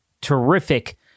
terrific